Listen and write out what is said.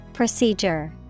Procedure